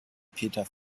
peter